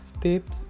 tips